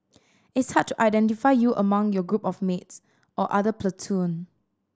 it's hard to identify you among your group of mates or other platoon